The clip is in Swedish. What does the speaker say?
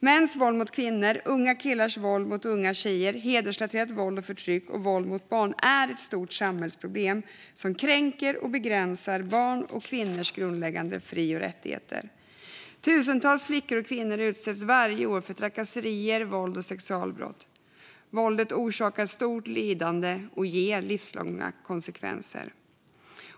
Mäns våld mot kvinnor, unga killars våld mot unga tjejer, hedersrelaterat våld och förtryck och våld mot barn är ett stort samhällsproblem som kränker och begränsar barns och kvinnors grundläggande fri och rättigheter. Tusentals flickor och kvinnor utsätts varje år för trakasserier, våld och sexualbrott. Våldet orsakar stort lidande och leder till livslånga konsekvenser.